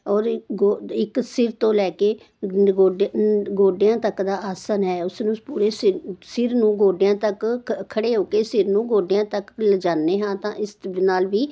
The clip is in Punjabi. ਔਰ ਇਕ ਗੋਡ ਇੱਕ ਸਿਰ ਤੋਂ ਲੈ ਕੇ ਅਨ ਗੋਡ ਗੋਡਿਆਂ ਤੱਕ ਦਾ ਆਸਨ ਹੈ ਉਸਨੂੰ ਪੂਰੇ ਸਿਰ ਸਿਰ ਨੂੰ ਗੋਡਿਆਂ ਤੱਕ ਖੜੇ ਹੋ ਕੇ ਸਿਰ ਨੂੰ ਗੋਡਿਆਂ ਤੱਕ ਲਿਜਾਂਦੇ ਹਾਂ ਤਾਂ ਇਸ 'ਤੇ ਬਿਨ ਨਾਲ ਵੀ